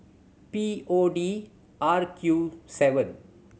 P O D R Q seven